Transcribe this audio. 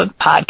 podcast